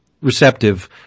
receptive